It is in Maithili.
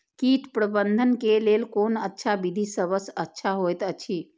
कीट प्रबंधन के लेल कोन अच्छा विधि सबसँ अच्छा होयत अछि?